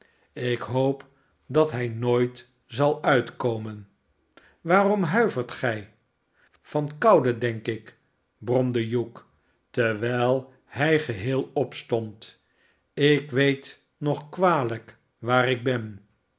ik hoop dat hij nooit zal uitkomen waarom huivert gij a van koude denk ik bromde hugh terwijl hij geheel opstond ik weet nog kwalijk waar ik ben